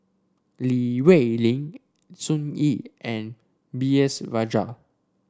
Li Rulin Sun Yee and B S Rajhans